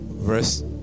verse